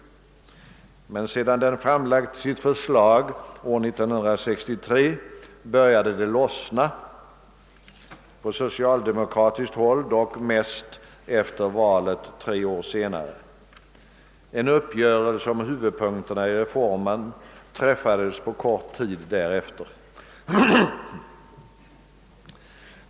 Men sedan den framlagt sitt förslag år 1963 började det lossna — på socialdemokratiskt håll dock mest efter valet tre år senare. En uppgörelse om huvudpunkterna i reformen träffades kort tid därefter.